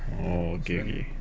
orh okay okay